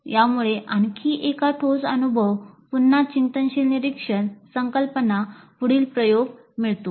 यामुळे आणखी एक ठोस अनुभव पुन्हा चिंतनशील निरीक्षण संकल्पना पुढील प्रयोगातून मिळतो